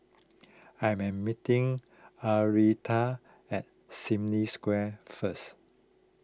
I am meeting Arletta at Sim Lim Square first